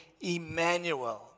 Emmanuel